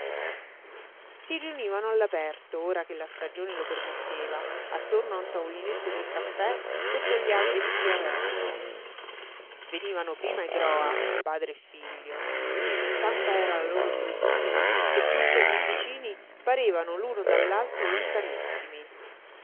si riunivano all'aperto ora che la stagione lo permetteva attorno a un tavolinetto del caffè sotto gli alberi di via veneto venivano prima i groa padre e figlio e tanta era la loro solitudine che pur così vicini parevano l'uno dall'altro lontanissimi